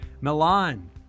Milan